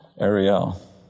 Ariel